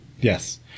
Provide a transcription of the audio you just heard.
Yes